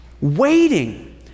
waiting